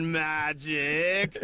magic